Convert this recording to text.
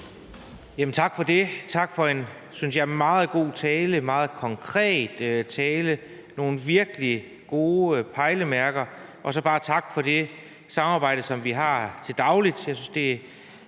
Tak for det. Tak for en, synes jeg, meget god tale, en meget konkret tale, nogle virkelig gode pejlemærker, og så bare tak for det samarbejde, som vi har til daglig. Jeg synes, det